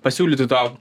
pasiūlyti to